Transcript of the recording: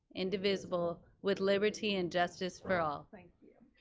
indivisible, with liberty and justice for all. thank you.